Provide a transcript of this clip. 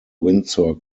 windsor